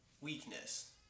weakness